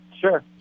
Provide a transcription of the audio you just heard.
Sure